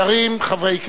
שרים, חברי כנסת,